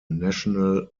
national